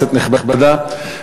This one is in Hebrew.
כנסת נכבדה,